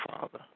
Father